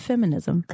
Feminism